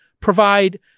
provide